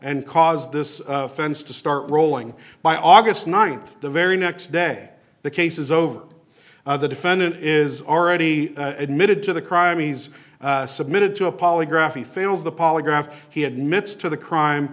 and caused this offense to start rolling by august th the very next day the case is over the defendant is already admitted to the crime he's submitted to a polygraph he fails the polygraph he admits to the crime